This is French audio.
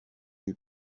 lui